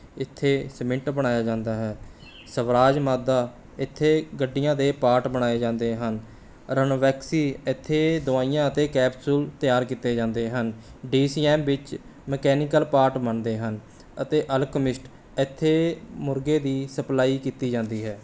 ਇੱਥੇ ਸੀਮਿੰਟ ਬਣਾਇਆ ਜਾਂਦਾ ਹੈ ਸਵਰਾਜ ਮਾਜ਼ਦਾ ਇੱਥੇ ਗੱਡੀਆਂ ਦੇ ਪਾਰਟ ਬਣਾਏ ਜਾਂਦੇ ਹਨ ਰਣਵੈਕਸੀ ਇੱਥੇ ਦਵਾਈਆਂ ਅਤੇ ਕੈਪਸੂਲ ਤਿਆਰ ਕੀਤੇ ਜਾਂਦੇ ਹਨ ਡੀ ਸੀ ਐਮ ਵਿੱਚ ਮਕੈਨੀਕਲ ਪਾਰਟ ਬਣਦੇ ਹਨ ਅਤੇ ਅਲਕਮਿਸਟ ਇੱਥੇ ਮੁਰਗੇ ਦੀ ਸਪਲਾਈ ਕੀਤੀ ਜਾਂਦੀ ਹੈ